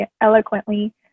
eloquently